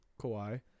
Kawhi